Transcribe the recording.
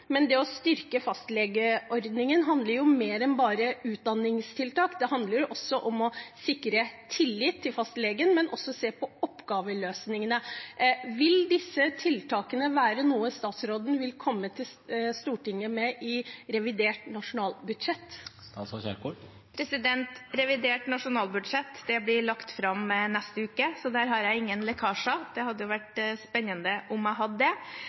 Men det å styrke fastlegeordningen handler om mer enn bare utdanningstiltak. Det handler om å sikre tillit til fastlegen, men også se på oppgaveløsningen. Vil disse tiltakene være noe statsråden vil komme til Stortinget med i revidert nasjonalbudsjett? Revidert nasjonalbudsjett blir lagt fram i neste uke, så der har jeg ingen lekkasjer. Det hadde vært spennende om jeg hadde det.